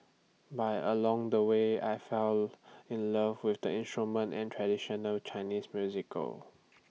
by along the way I fell in love with the instrument and traditional Chinese musical